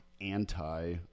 anti